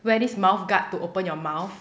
wear this mouth guard to open your mouth